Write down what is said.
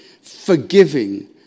forgiving